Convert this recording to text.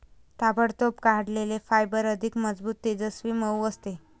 ताबडतोब काढलेले फायबर अधिक मजबूत, तेजस्वी, मऊ असते